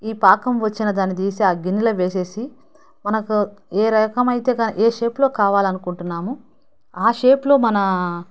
ఈ పాకం వచ్చిన దాన్ని తీసి ఆ గిన్నెలో వేసేసి మనకు ఏ రకమైతే గాన ఏ షేప్లో కావాలనుకుంటున్నామో ఆ షేప్లో మన